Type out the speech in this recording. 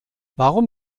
warum